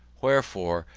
wherefore,